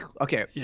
okay